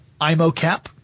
IMOCAP